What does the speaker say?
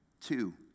Two